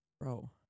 bro